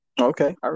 Okay